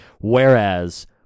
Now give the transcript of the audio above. Whereas